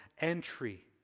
entry